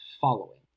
following